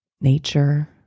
nature